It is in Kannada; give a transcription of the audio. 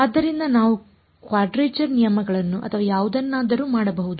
ಆದ್ದರಿಂದ ನಾವು ಕ್ವಾಡ್ರೇಚರ್ ನಿಯಮಗಳನ್ನು ಅಥವಾ ಯಾವುದನ್ನಾದರೂ ಮಾಡಬಹುದು